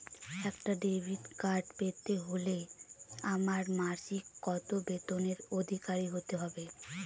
একটা debit card পেতে হলে আমার মাসিক কত বেতনের অধিকারি হতে হবে?